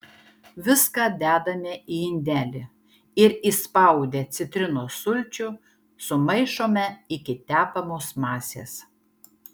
viską dedame į indelį ir įspaudę citrinos sulčių sumaišome iki tepamos masės